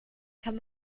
kann